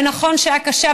ונכון שהיה קשה,